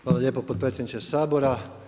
Hvala lijepo potpredsjedniče Sabora.